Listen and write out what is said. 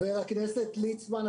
חבר הכנסת ליצמן,